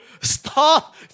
Stop